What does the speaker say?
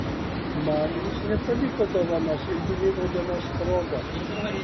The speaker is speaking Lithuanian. man jis nepaliko dovanos ir gimimo dienos proga